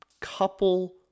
couple